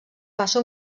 passa